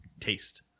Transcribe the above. taste